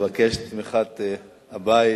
ומבקש את תמיכת הבית.